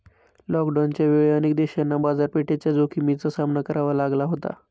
लॉकडाऊनच्या वेळी अनेक देशांना बाजारपेठेच्या जोखमीचा सामना करावा लागला होता